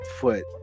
foot